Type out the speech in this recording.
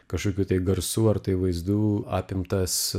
kažkokių garsų ar tai vaizdų apimtas